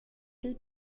dil